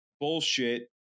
bullshit